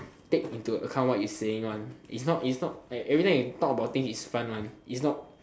take into account what you saying one it is not it is not like everytime you talk about thing is fun one it is not